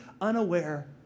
unaware